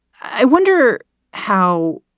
i wonder how